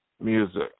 music